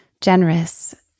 generous